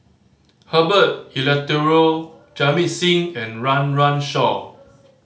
Herbert Eleuterio Jamit Singh and Run Run Shaw